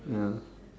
ya